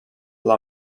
dla